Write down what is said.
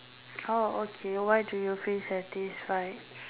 oh okay why do you feel satisfied